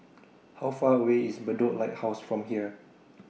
How Far away IS Bedok Lighthouse from here